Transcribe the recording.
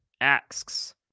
asks